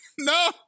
No